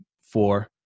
four